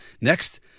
Next